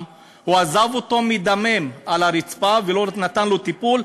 עזב אותו מדמם על הרצפה ולא נתן לו טיפול,